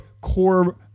core